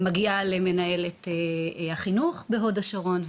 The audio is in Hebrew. מגיעה למנהלת החינוך בהוד השרון,